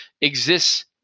exists